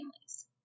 families